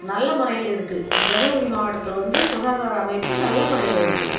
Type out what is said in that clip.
நல்ல முறையில் இருக்குது தர்மபுரி மாவட்டத்தில் வந்து சுகாதார அமைப்பு நல்ல முறையில் இருக்குது